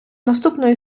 наступної